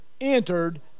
entered